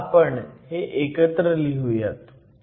आता आपण हे एकत्र लिहुयात